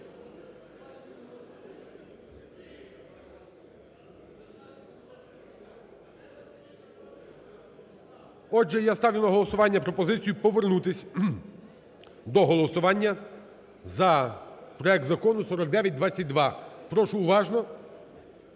Отже, я ставлю на голосування пропозицію повернутись до голосування за проект Закону 4922. Прошу уважно,